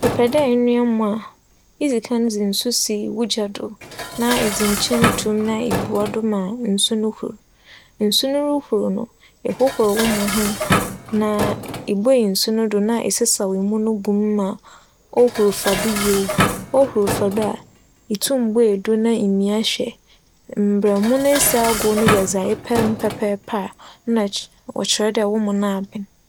Epɛ dɛ enoa emo a, idzi ka dze nsu si wo gya do na edze nkyen to mu na ibua do ma nsu no hur. Nsu no ruhur no, ehohor wo mo ho na ibuei nsu no do na esesaw emo no gu mu ma ohur fa do yie. Ohur fa do a, itum buei do na imia hwɛ. Mbrɛ emo no esi agow no yɛ dza epɛ no pɛpɛɛpɛ a nna kye- ͻkyerɛ dɛ wo mo no aben.